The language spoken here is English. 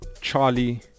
Charlie